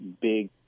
big